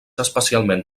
especialment